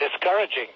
discouraging